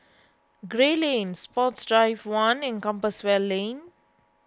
Gray Lane Sports Drive one and Compassvale Lane